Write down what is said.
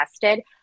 tested